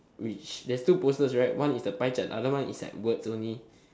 which there's two posters right one is the pie chart the other one is the words only